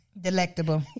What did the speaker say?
delectable